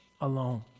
alone